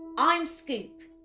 i'm scoop,